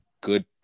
good